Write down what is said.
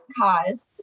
Cause